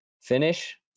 finish